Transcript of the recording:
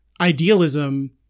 idealism